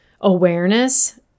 awareness